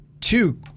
two